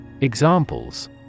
Examples